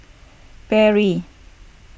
Perrier